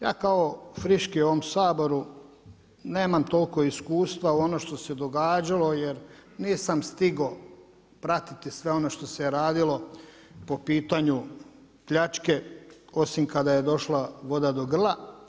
Ja kao friški u ovom Saboru nemam toliko iskustva u ono što se događalo, jer nisam stigo pratiti sve ono što se je radilo po pitanju pljačke osim kada je došla voda do grla.